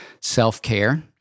self-care